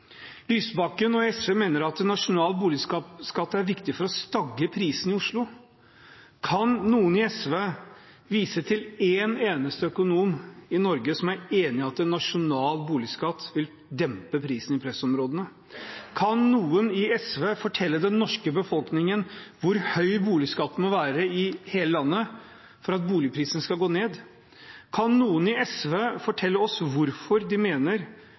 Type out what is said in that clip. Lysbakken og SV mener at en nasjonal boligskatt er viktig for å stagge prisene i Oslo. Kan noen i SV vise til en eneste økonom i Norge som er enig i at en nasjonal boligskatt vil dempe prisen i pressområdene? Kan noen i SV fortelle den norske befolkningen hvor høy boligskatten må være i hele landet for at boligprisen skal gå ned? Kan noen i SV fortelle oss hvorfor de mener